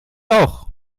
auch